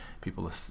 people